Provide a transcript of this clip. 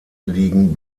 liegen